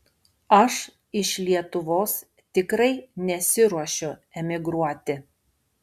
aš iš lietuvos tikrai nesiruošiu emigruoti